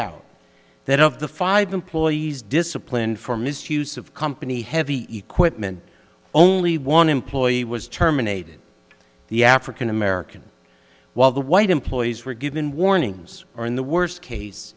doubt that of the five employees disciplined for misuse of company heavy equipment only one employee was terminated the african american while the white employees were given warnings or in the worst case